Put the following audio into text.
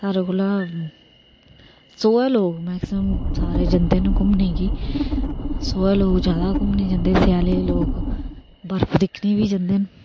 सारे कोला सोहे गी लोग सारे जंदे ना घूमने गी सोहै गी लोग ज्यादा घूमने गी जंदे स्याले लोग बर्फ दिक्खने गी बी जंदे ना